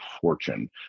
fortune